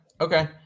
Okay